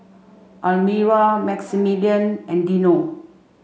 Almira Maximillian and Dino